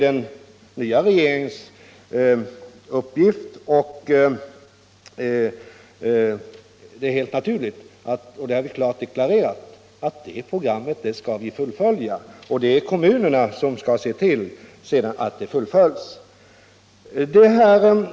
Den nva regeringens uppgift är helt naturligt — det vill jag klart deklarera — att fullfölja detta program. Kommunerna skall sedan se till all det genomförs.